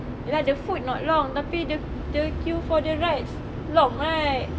ya lah the food not long tapi the queue for the ride long right